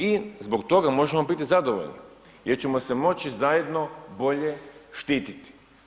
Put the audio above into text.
I zbog toga možemo biti zadovoljni, jer ćemo se moći, zajedno, bolje štiti.